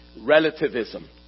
Relativism